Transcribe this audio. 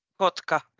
Kotka